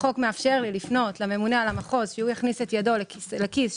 החוק מאפשר לי לפנות לממונה על המחוז שיכניס את ידו לכיס.